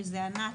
שזה אנ"צ,